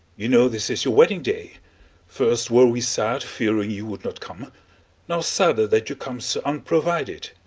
you know this is your wedding-day first were we sad, fearing you would not come now sadder, that you come so unprovided.